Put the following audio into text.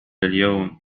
اليوم